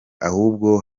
ahubwo